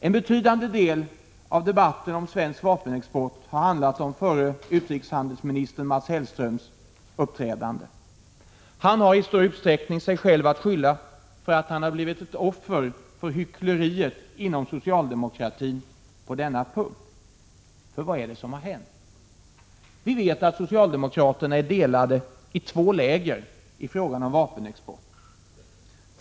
En betydande del av debatten om svensk vapenexport har handlat om förre utrikeshandelsminister Mats Hellströms uppträdande. Han har i stor utsträckning sig själv att skylla för att han har blivit ett offer för hyckleriet inom socialdemokratin på denna punkt. För vad är det som har hänt? Vi vet att socialdemokraterna är delade i två läger i frågan om vapenexport.